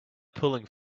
pulling